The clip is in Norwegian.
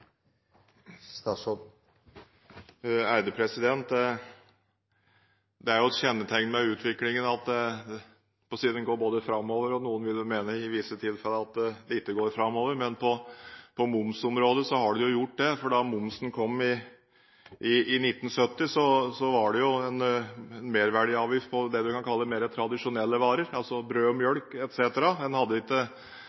Det er jo et kjennetegn ved utviklingen at den går framover – noen vil mene i visse tilfeller at det ikke går framover, men på momsområdet har det gjort det. Da momsen kom i 1970, var det en merverdiavgift på det en kan kalle mer tradisjonelle varer, altså brød,